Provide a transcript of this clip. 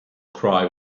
cry